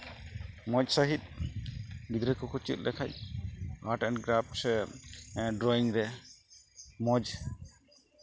ᱢᱚᱡᱽ ᱥᱟᱺᱦᱤᱡ ᱜᱤᱫᱽᱨᱟᱹ ᱠᱚᱠᱚ ᱪᱮᱫ ᱞᱮᱠᱷᱟᱱ ᱟᱨᱴ ᱮᱱ ᱜᱨᱟᱯᱷ ᱥᱮ ᱰᱚᱨᱭᱤᱝ ᱨᱮ ᱢᱚᱡᱽ